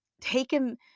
taken